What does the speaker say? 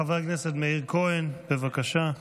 חבר הכנסת מאיר כהן, בבקשה.